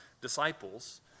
disciples